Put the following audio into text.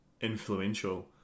influential